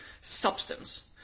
substance